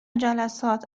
جلسات